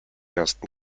ersten